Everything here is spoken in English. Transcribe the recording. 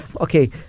Okay